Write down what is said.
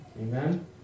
Amen